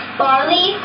barley